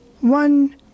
One